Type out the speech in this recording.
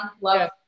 love